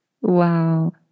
wow